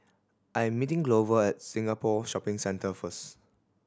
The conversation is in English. I am meeting Glover at Singapore Shopping Centre first